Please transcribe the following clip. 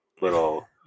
little